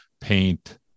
paint